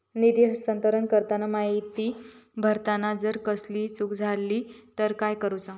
निधी हस्तांतरण करताना माहिती भरताना जर कसलीय चूक जाली तर काय करूचा?